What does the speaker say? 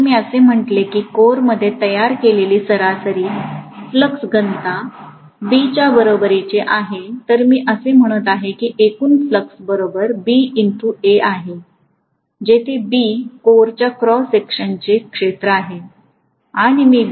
जर मी असे म्हटले आहे की कोरमध्ये तयार केलेली सरासरी फ्लक्स घनता B च्या बरोबरीची आहे तर मी असे म्हणत आहे की एकूण फ्लक्स बरोबर आहे जिथे A कोरच्या क्रॉस सेक्शनचे क्षेत्र आहे